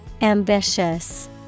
Ambitious